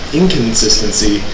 inconsistency